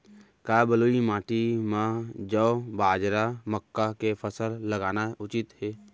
का बलुई माटी म जौ, बाजरा, मक्का के फसल लगाना उचित हे?